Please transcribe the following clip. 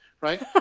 right